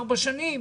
ארבע שנים.